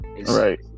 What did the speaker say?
Right